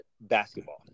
Basketball